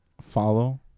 follow